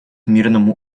мирному